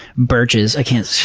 birches! i can't,